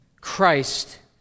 Christ